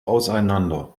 auseinander